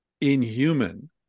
inhuman